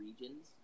regions